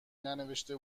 ننوشته